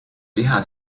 liha